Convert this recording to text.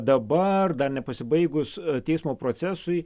dabar dar nepasibaigus teismo procesui